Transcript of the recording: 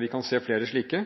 Vi kan se flere slike.